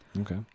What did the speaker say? Okay